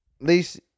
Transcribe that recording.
least